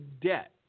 debt